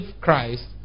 Christ